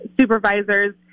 supervisors